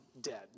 dead